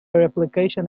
replication